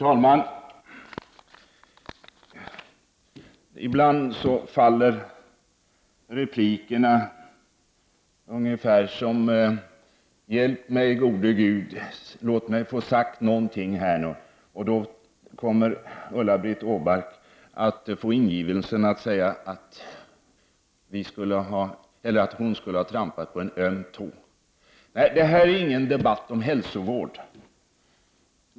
Herr talman! Ibland faller replikerna ungefär som: Hjälp mig gode Gud, låt mig få något sagt. Ulla-Britt Åbark fick ingivelsen att säga att hon skulle ha trampat på en öm tå. Nej, detta är ingen debatt om hälsovård.